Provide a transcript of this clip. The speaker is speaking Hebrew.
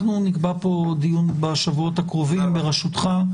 נקבע פה דיון בשבועות הקרובים ברשותך,